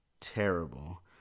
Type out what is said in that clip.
terrible